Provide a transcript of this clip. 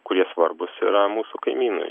kurie svarbūs yra mūsų kaimynui